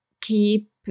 keep